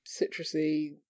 citrusy